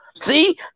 See